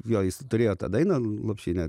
jo jis turėjo tą dainą lopšinę